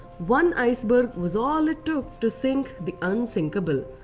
one ice berg was all it took to sink the unsinkable.